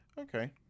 okay